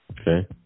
Okay